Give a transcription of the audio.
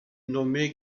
nommé